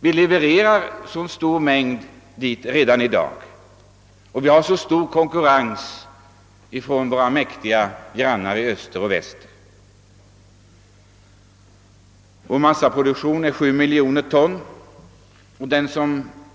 Vi levererar redan i dag en mycket stor mängd dit, och vi har ju en mycket hård konkurrens från våra mäktiga grannar i öst och väst. Vår massaproduktion uppgår till 7 miljoner ton. Av